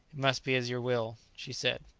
it must be as you will, she said.